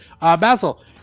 Basil